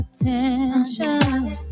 attention